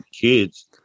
kids